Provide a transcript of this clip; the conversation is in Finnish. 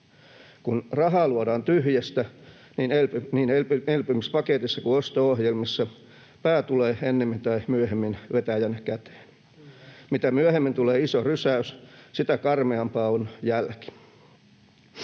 Kun rahaa luodaan tyhjästä niin elpymispaketissa kuin osto-ohjelmissa, pää tulee ennemmin tai myöhemmin vetäjän käteen. Mitä myöhemmin tulee iso rysäys, sitä karmeampaa on jälki.